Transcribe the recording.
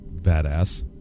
badass